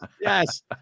Yes